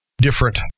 different